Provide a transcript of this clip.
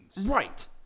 Right